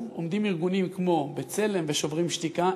עומדים ארגונים כמו "בצלם" ו"שוברים שתיקה".